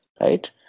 Right